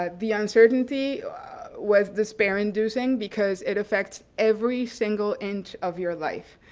ah the uncertainty was despair inducing because it affects every single inch of your life.